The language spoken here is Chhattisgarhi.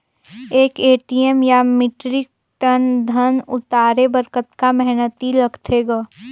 एक एम.टी या मीट्रिक टन धन उतारे बर कतका मेहनती लगथे ग?